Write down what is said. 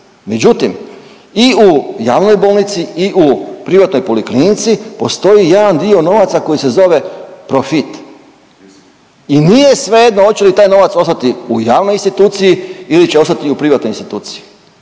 međutim i u javnoj bolnici i u privatnoj poliklinici postoji jedan dio novaca koji se zove profit i nije svejedno hoće li taj novac ostati u javnoj instituciji ili će ostati u privatnoj instituciji